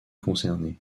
concernées